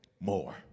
More